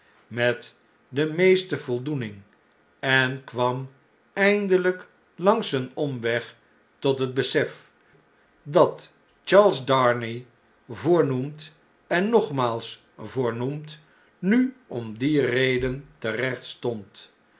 met de meeste voldoening en kwam eindeljjk langs een omweg tot het besef dat charles darnay voornoemd en nogmaals voornoemd nu om die reden terecht